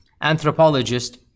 anthropologist